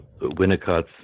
Winnicott's